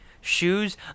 shoes